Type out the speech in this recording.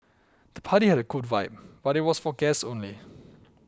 the party had a cool vibe but it was for guests only